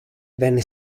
venne